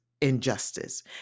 injustice